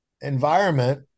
environment